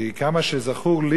ישראל ישעיהו,